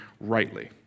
rightly